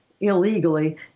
illegally